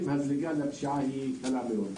הזליגה לפשיעה היא קלה מאוד.